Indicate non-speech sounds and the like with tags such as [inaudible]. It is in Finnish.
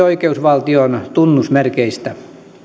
[unintelligible] oikeusvaltion tunnusmerkeistä